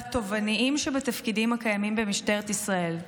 בתובעניים שבתפקידים הקיימים במשטרת ישראל,